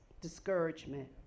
discouragement